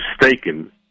mistaken